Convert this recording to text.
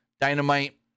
Dynamite